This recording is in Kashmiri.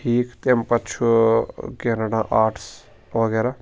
ٹھیٖک تَمہِ پَتہٕ چھُ کیٚنٛہہ رَٹان آرٹس وَغیرہ